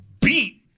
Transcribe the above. beat